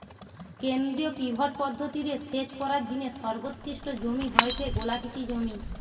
কেন্দ্রীয় পিভট পদ্ধতি রে সেচ করার জিনে সর্বোৎকৃষ্ট জমি হয়ঠে গোলাকৃতি জমি